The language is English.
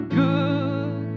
good